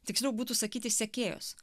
tiksliau būtų sakyti sekėjos